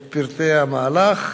את פרטי המהלך,